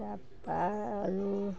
তাপা আৰু